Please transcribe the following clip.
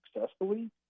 successfully